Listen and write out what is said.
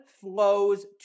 flows